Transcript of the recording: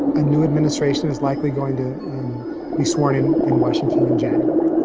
a new administration is likely going to be sworn in, in washington, in january.